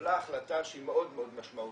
התקבלה החלטה שהיא מאוד מאוד משמעותית,